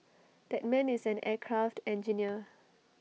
that man is an aircraft engineer